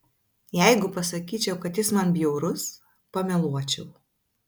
jeigu pasakyčiau kad jis man bjaurus pameluočiau